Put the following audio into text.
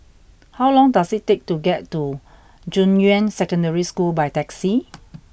how long does it take to get to Junyuan Secondary School by taxi